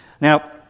Now